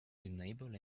reasonable